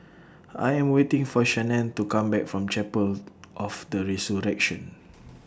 I Am waiting For Shannen to Come Back from Chapel of The Resurrection